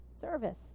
service